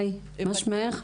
היי, מה שמך?